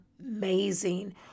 amazing